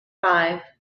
five